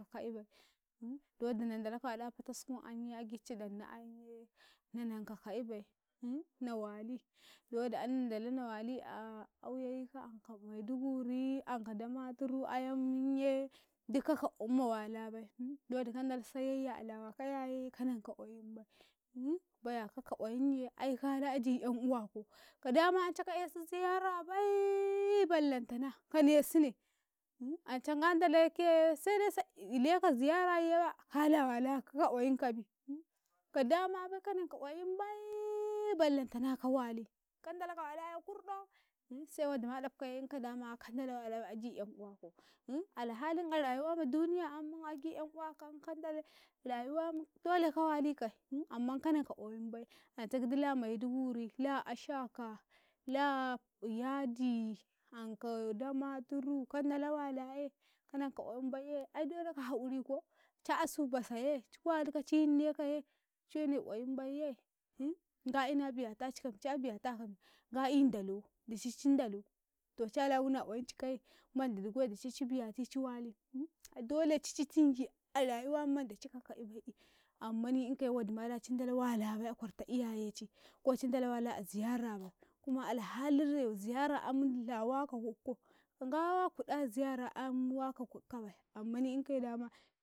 Kaka eebai diwodiye na dalako wala a patskum ayen a gi cidanaye nanan ka ka'eabai na wali a kauyika-kauyika anko maiduguri, anko damaturu ayn ye kaka oyim ma walabai dawadi kadaloka ina siyayya a lawako ayen ye kaka oyim bai, baya kakaoyinye ai kala gita 'yan uwako ka dama ance ka esu ziyara baiiiiiii ballen tana kanesune, ancaoi do nga dalakeye saidai ka ilaiko ziyarayine baya kala wala kaka oyimkobi kada ma bai kaka oyim baiiii ballentana ka wali, kandalako walaye kurdok-kurdok sai wadima tanka dama kadala wala a gita 'yan uwa alhalin arayuwa ma duniya ayan agi dan uwako ye dolai ko ka wali kai amman kana ka oyinm bai ancai gidi la maiduguri, la ashaka la yadi anko damaturu kadalo wala ye kanan ko oyim baiye ai dolai ka hakuri ko cu asu basoye ciwaluko ciyinne ko ciwene oyim baiye chabiyata kaye nga i ndalo dici ci dalo to cala wuna oyim ci kaye mbandi dicai ci biyati ci wale dolaici dicai ci tingi arayuwa ayam menmandi dici cikaka eyibai eh ammani ekaye dicai ci dalo wala bai akwarta eyayeci bai eh ko cidalo walabai a ziyara bai eh kuma alhalin baya ka fadto nga ba kuda ziyara ayan wako kukkobai ammani enkaye dama kaka'eyi bai.